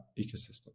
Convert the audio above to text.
ecosystem